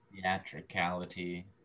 theatricality